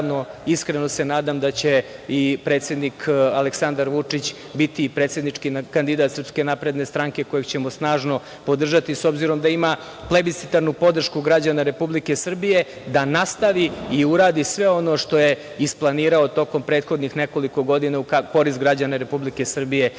nivoima. Iskreno se nadam da će i predsednik Aleksandar Vučić biti predsednički kandidat SNS, kojeg ćemo snažno podržati, s obzirom da ima plebiscitarnu podršku građana Republike Srbije, da nastavi i uradi sve ono što je isplanirao tokom prethodnih nekoliko godina u korist građana Republike Srbije